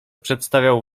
przedstawiał